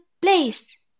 Place